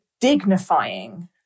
dignifying